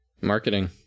Marketing